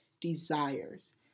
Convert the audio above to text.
desires